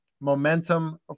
momentum